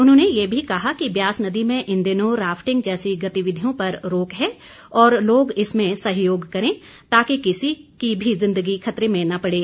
उन्होंने ये भी कहा कि ब्यास नदी में इन दिनों राफ्टिंग जैसी गतिविधियों पर रोक है और लोग इसमें सहयोग करें ताकि किसी की भी जिंदगी खतरे में न पड़ें